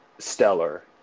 stellar